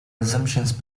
assumptions